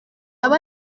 abo